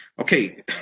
okay